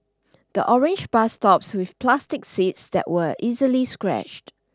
the orange bus stops with plastic seats that were easily scratched